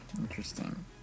interesting